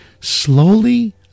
slowly